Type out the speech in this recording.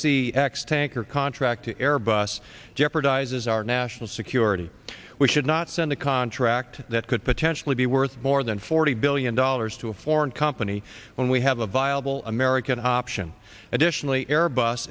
c x tanker contract to airbus jeopardizes our national security we should not send a contract that could potentially be worth more than forty billion dollars to a foreign company when we have a viable american option additionally airbus